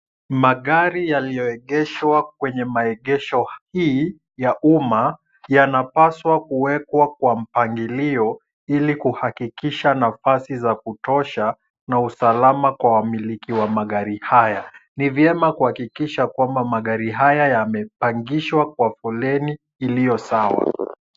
Magari yaliyoegeshwa kwenye maegesho hii ya uma yanapaswa kuwekwa kwa mpangilio ili kuhakikisha nafasi za kutosha na usalama kwa miliki wa magari haya. Ni vyema kuhakikisha kwamba magari haya yamepangishwa kwa foleni iliyo sawa.